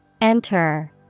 Enter